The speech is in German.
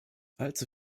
allzu